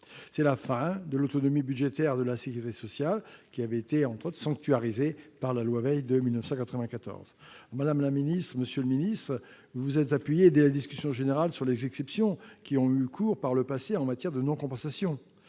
C'est la fin de l'autonomie budgétaire de la sécurité sociale, qui avait été sanctuarisée, entre autres, par la loi Veil de 1994. Madame la ministre, monsieur le ministre, vous vous êtes appuyés dès la discussion générale sur les exceptions qui ont eu cours par le passé en matière de non-compensation.